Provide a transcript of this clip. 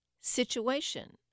situation